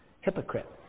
Hypocrite